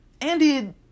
Andy